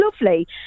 Lovely